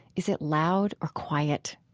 is it loud or quiet?